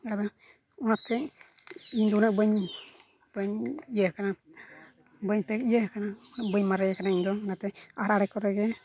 ᱟᱫᱚ ᱚᱱᱟᱛᱮ ᱤᱧᱫᱚ ᱩᱱᱟᱹᱜ ᱵᱟᱹᱧ ᱵᱟᱹᱧ ᱤᱭᱟᱹ ᱟᱠᱟᱱᱟ ᱵᱟᱹᱧ ᱤᱭᱟᱹ ᱟᱠᱟᱱᱟ ᱵᱟᱹᱧ ᱢᱟᱨᱮᱭ ᱟᱠᱟᱱᱟ ᱤᱧᱫᱚ ᱚᱱᱟᱛᱮ ᱟᱲᱮᱼᱟᱲᱮ ᱠᱚᱨᱮᱜᱮ